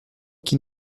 qui